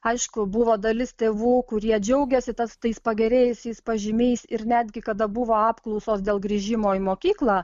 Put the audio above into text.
aišku buvo dalis tėvų kurie džiaugėsi tas tais pagerėjusiais pažymiais ir netgi kada buvo apklausos dėl grįžimo į mokyklą